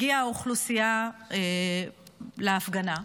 הגיעה האוכלוסייה להפגנה.